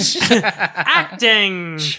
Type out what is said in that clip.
Acting